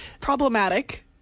Problematic